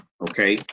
Okay